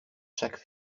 chaque